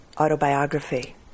autobiography